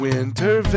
Winter